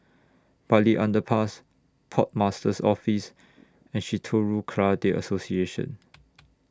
Bartley Underpass Port Master's Office and Shitoryu Karate Association